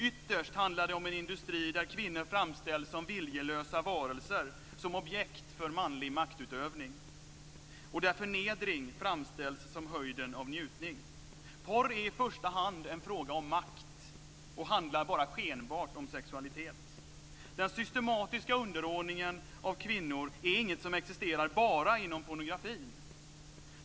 Ytterst handlar det om en industri där kvinnor framställs som viljelösa varelser - som objekt för manlig maktutövning - och där förnedring framställs som höjden av njutning. Porr är i första hand en fråga om makt och handlar bara skenbart om sexualitet. Den systematiska underordningen av kvinnor är inget som existerar bara inom pornografin.